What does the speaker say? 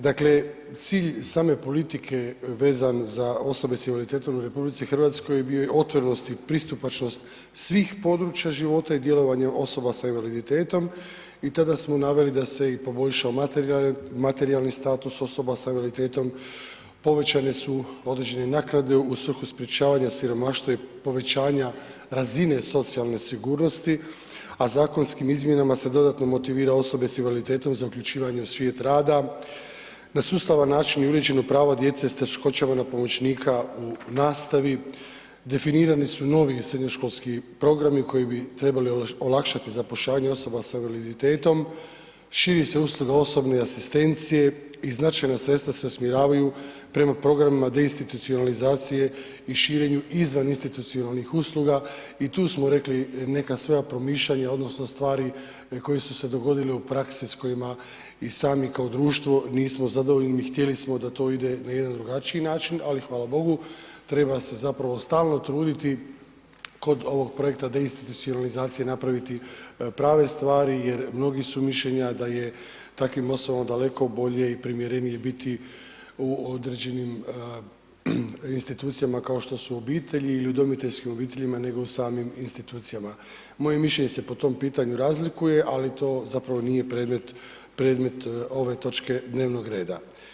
Dakle cilj same politike vezane za osobe sa invaliditetom u RH bio je otvorenost i pristupačnost svih područja života i djelovanja osoba sa invaliditetom i tada smo naveli da se i poboljša materijalni status osoba sa invaliditetom, povećane su određene naknade u svrhu sprječavanja siromaštva i povećanja razine socijalne sigurnosti a zakonskim izmjenama se dodatno motivira osobe sa invaliditetom za uključivanje u svijet rada, na sustavan način je uređeno pravo djece s teškoćama na pomoćnika u nastavi, definirani su novi srednjoškolski programi koji bi trebali olakšati zapošljavanje osoba sa invaliditetom, širi se usluga osobne asistencije i značajna sredstva se usmjeravaju prema programima deinstitucionalizacije i širenju izvaninstitucionalnih usluga, i tu smo rekli neka svoja promišljanja odnosno stvari koje su se dogodile u praksi, s kojima i sami kao društvo nismo zadovoljni htjeli smo da to ide na jedan drugačiji način ali hvala bogu, treba se zapravo stalno truditi kod ovog projekta deinstitucionalizacije, napraviti prave stvari jer mnogi su mišljenja da je takvim osobama daleko bolje i primjerenije biti u određenim institucijama kao što su obitelji ili udomiteljskim obiteljima nego samim institucijama, moje mišljenje se po tom pitanju razlikuje ali to zapravo nije predmet ove točke dnevnog reda.